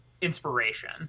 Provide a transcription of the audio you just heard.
inspiration